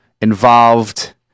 involved